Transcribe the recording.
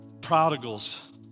prodigals